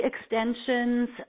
extensions